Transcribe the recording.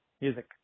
music